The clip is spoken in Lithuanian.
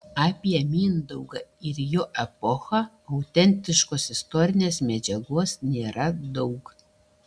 apie mindaugą ir jo epochą autentiškos istorinės medžiagos nėra daug